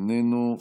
איננו,